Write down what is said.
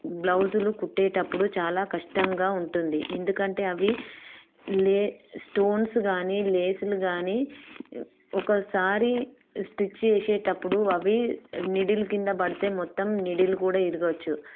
బ్లౌజులు కుట్టేటప్పుడు చాలా కష్టంగా ఉంటుంది ఎందుకంటే అవి లే స్టోన్స్ కానీ లేసులు కాని ఒక్కోసారి స్టిచ్ చేసేటప్పుడు అవి నీడిల్ కింద పడితే మొత్తం నీడిల్ కూడా విరగొచ్చు